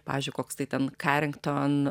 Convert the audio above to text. pavyzdžiui koks tai ten karington